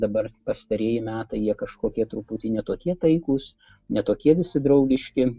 dabar pastarieji metai jie kažkokie truputį ne tokie taikūs ne tokie visi draugiški